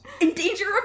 endanger